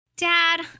Dad